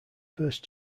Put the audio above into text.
first